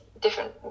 different